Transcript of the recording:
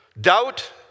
Doubt